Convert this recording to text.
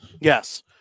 Yes